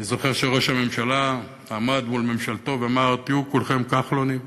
אני זוכר שראש הממשלה עמד מול ממשלתו ואמר: תהיו כולכם כחלונים.